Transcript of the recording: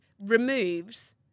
removes